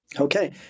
Okay